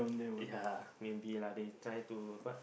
ya maybe lah they trying to but